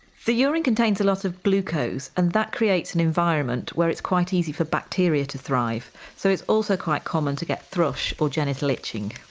the urine contains a lot of glucose and that creates an environment where it's quite easy for bacteria to thrive so it's also quite common to get thrush or genital itching.